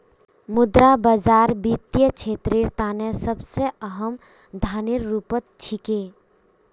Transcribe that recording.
मुद्रा बाजार वित्तीय क्षेत्रेर तने सबसे अहम साधनेर रूपत छिके